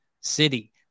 City